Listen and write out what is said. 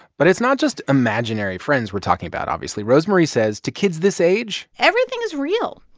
but it's not just imaginary friends we're talking about, obviously. rosemarie says, to kids this age. everything is real.